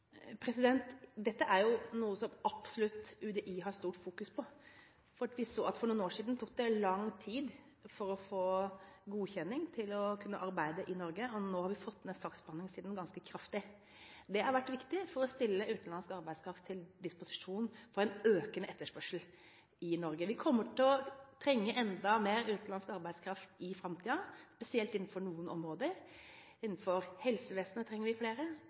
Dette er noe som UDI absolutt har sterkt fokus på. Vi så at for noen år siden tok det lang tid å få godkjenning til å kunne arbeide i Norge, og nå har vi fått ned saksbehandlingstiden ganske kraftig. Det har vært viktig for å kunne stille utenlandsk arbeidskraft til disposisjon for en økende etterspørsel i Norge. Vi kommer til å trenge enda mer utenlandsk arbeidskraft i framtiden, spesielt innenfor noen områder. Innenfor helsevesenet trenger vi flere,